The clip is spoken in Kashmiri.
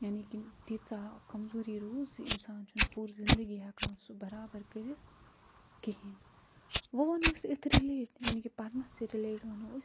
یعنی کہِ تیٖژاہ کَمزوٗری روٗز زِ اِنسان چھُنہٕ پوٗزٕ زندگی ہیٚکان سُہ برابَر کٔرِتھ کِہیٖنۍ وۄنۍ وَنو أسۍ أتھۍ رٔلیٹ یعنی کہ پَرنَسٕے رٔلیٹ وَنو أسۍ